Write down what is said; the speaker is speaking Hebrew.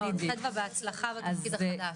בהצלחה בתפקיד החדש.